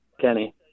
Kenny